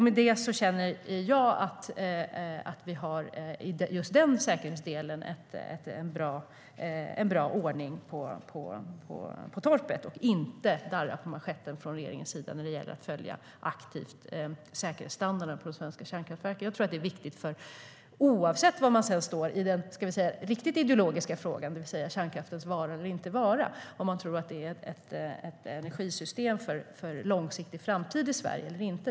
Med det känner jag att vi i just den säkerhetsdelen har en bra ordning på torpet och inte darrar på manschetten från regeringens sida när det gäller att aktivt följa säkerhetsstandarden på svenska kärnkraftverk. Detta gäller oavsett var man står i den riktigt ideologiska frågan, det vill säga kärnkraftens vara eller inte vara, och om man tror att det är ett energisystem som har en långsiktig framtid i Sverige eller inte.